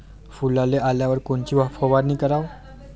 फुलाले आल्यावर कोनची फवारनी कराव?